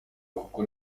kuko